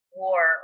war